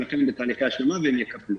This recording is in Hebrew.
ולכן בתהליכי השלמה והן יקבלו.